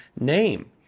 name